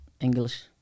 English